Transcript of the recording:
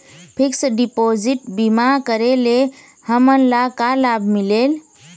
Fix deposit बीमा करे ले हमनला का लाभ मिलेल?